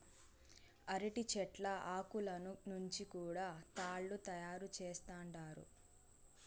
అరటి చెట్ల ఆకులను నుంచి కూడా తాళ్ళు తయారు చేత్తండారు